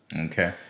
Okay